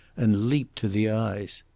and leaped to the eyes.